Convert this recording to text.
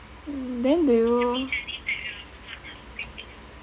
then do you